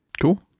Cool